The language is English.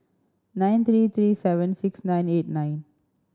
nine three three seven six nine eight nine